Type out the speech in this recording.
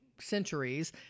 centuries